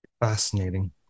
Fascinating